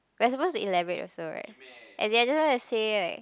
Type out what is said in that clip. we're suppose to elaborate also right as in just now I say like